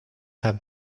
have